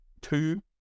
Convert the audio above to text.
two